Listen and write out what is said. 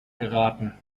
geraten